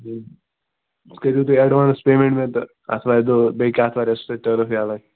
کٔرِو تُہۍ advance payment مےٚ تہٕ آتھوارِ دۄہ بیٚیہِ آتھوارِ آسہِ تۄہہِ ٹٔرٕف یلے